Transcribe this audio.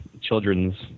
children's